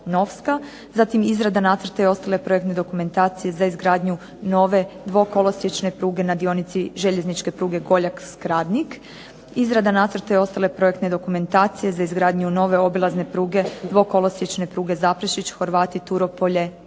Zatim izrada nacrta i ostale projekte dokumentacija za izgradnju nove dvokolosječne pruge na dionici željezničke pruge Goljak-Skradnik, izrada nacrta i ostale projektne dokumentacije za izgradnju nove obilazne pruge dvokolosječne pruge Zaprešić, Horvati, Turopolje,